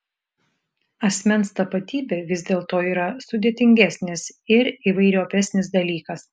asmens tapatybė vis dėlto yra sudėtingesnis ir įvairiopesnis dalykas